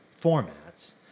formats